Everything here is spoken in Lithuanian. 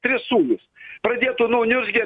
tris sūnus pradėtų nu niurzgėt